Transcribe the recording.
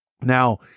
now